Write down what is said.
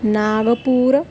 नागपुरम्